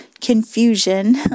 confusion